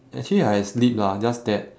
actually I had sleep lah just that